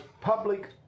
public